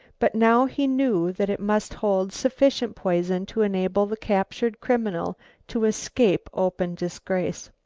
but now he knew that it must hold sufficient poison to enable the captured criminal to escape open disgrace.